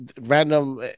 random